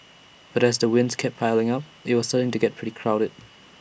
but as the wins kept piling up IT was starting to get pretty crowded